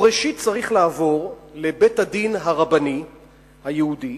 הוא ראשית צריך לעבור בבית-הדין הרבני היהודי